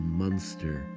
monster